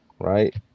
right